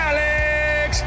Alex